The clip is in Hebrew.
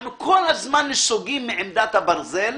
אנחנו כל הזמן נסוגים מעמדת הברזל,